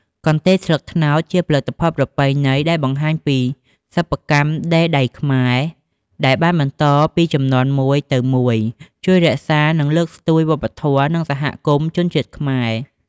កន្ទេលស្លឹកត្នោតជាផលិតផលប្រពៃណីដែលបង្ហាញពីសិប្បកម្មដេរដៃខ្មែរដែលបានបន្តពីជំនាន់មួយទៅមួយ ជួយរក្សា និងលើកស្ទួយវប្បធម៌ និងសហគមន៍ ជនជាតិខ្មែរ។